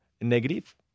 negative